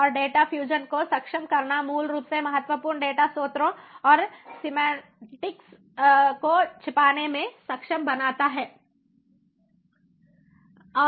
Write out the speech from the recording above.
और data fusion को सक्षम करना मूल रूप से महत्वपूर्ण डेटा स्रोतों और सिमैन्टिक्स अर्थ विज्ञान semantics को छुपाने में सक्षम बनाता है